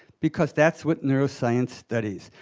because that's what neuroscience studies.